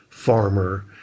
farmer